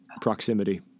proximity